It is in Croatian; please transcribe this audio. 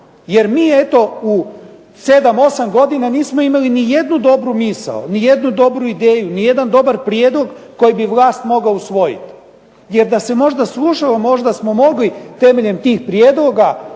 jer mi eto u 7, 8 godina nismo imali ni jednu dobru misao, ni jednu dobru ideju, ni jedan dobar prijedlog koju bi vlast mogla usvojiti. Jer da se možda slušalo možda smo mogli temeljem tih prijedloga